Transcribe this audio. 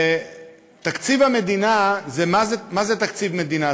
ותקציב המדינה, מה זה תקציב מדינה?